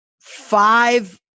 five